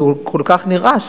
כי הוא כל כך נרעש,